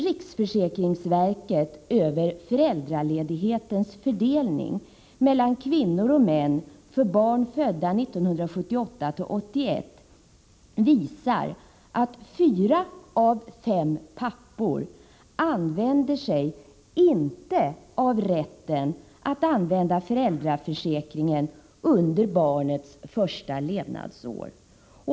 pappor begagnar inte rätten att använda föräldraförsäkringen under barnets första levnadsår.